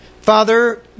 father